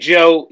Joe